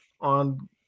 on